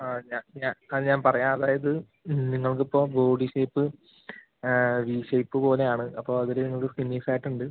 ആ ഞാൻ ഞാൻ ആ ഞാൻ പറയാം അതായത് നിങ്ങൾക്ക് ഇപ്പം ബോഡി ഷേപ്പ് വി ഷേപ്പ് പോലെ ആണ് അപ്പം അതിൽ നിങ്ങൾക്ക് സ്ക്കിന്നി ഫാറ്റ് ഉണ്ട്